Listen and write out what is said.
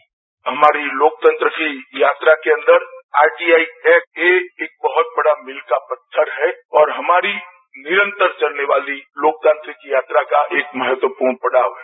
बाईटअमित शाह हमारी लोकतंत्र की यात्रा के अंदर आरटीआई ऐक्ट ए एक बहत बड़ा मील का पत्थर है और हमारी निरंतर चलने वाली लोकतांत्रिक यात्रा का एक महत्वपूर्ण पड़ाव है